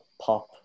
pop